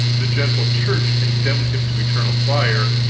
the gentle church condemned him to eternal fire,